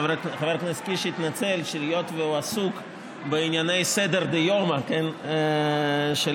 חבר הכנסת קיש התנצל שהיות שהוא עסוק בענייני סדר דיומא של הכנסת,